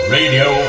Radio